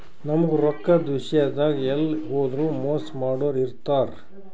ನಮ್ಗ್ ರೊಕ್ಕದ್ ವಿಷ್ಯಾದಾಗ್ ಎಲ್ಲ್ ಹೋದ್ರು ಮೋಸ್ ಮಾಡೋರ್ ಇರ್ತಾರ